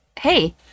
hey